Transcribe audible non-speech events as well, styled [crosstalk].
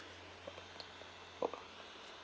[noise]